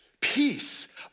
Peace